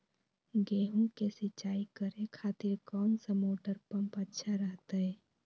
गेहूं के सिंचाई करे खातिर कौन सा मोटर पंप अच्छा रहतय?